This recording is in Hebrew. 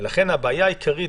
ולכן הבעיה העיקרית,